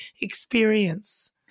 experience